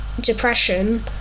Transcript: depression